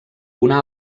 una